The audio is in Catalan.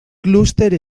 clúster